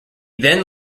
then